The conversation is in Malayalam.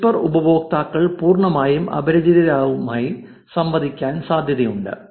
വിസ്പർ ഉപയോക്താക്കൾ പൂർണ്ണമായും അപരിചിതരുമായി സംവദിക്കാൻ സാധ്യതയുണ്ട്